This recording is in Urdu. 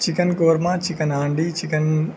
chicken korma chicken handi chicken